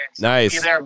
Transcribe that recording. Nice